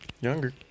Younger